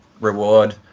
reward